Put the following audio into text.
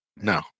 No